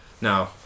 No